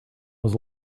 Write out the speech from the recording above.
was